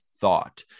thought